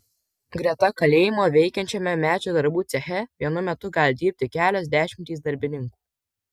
greta kalėjimo veikiančiame medžio darbų ceche vienu metu gali dirbti kelios dešimtys darbininkų